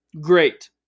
great